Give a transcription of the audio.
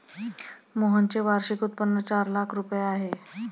मोहनचे वार्षिक उत्पन्न चार लाख रुपये आहे